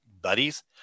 buddies